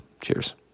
Cheers